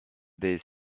des